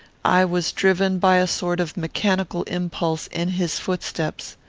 i was driven, by a sort of mechanical impulse, in his footsteps.